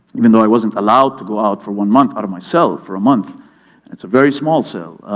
even though i wasn't allowed to go out for one month, out of my cell for a month, and it's a very small cell.